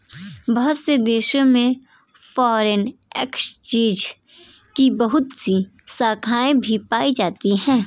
बहुत से देशों में फ़ोरेन एक्सचेंज की बहुत सी शाखायें भी पाई जाती हैं